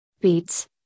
beats